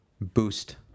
Boost